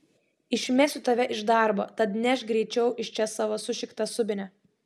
išmesiu tave iš darbo tad nešk greičiau iš čia savo sušiktą subinę